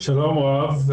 שלום רב.